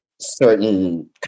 certain